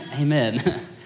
Amen